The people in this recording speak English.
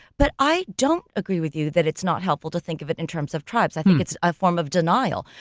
but i don't agree with you that it's not helpful to think of it in terms of tribes, i think it's a form of denial.